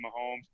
Mahomes